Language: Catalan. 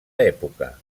època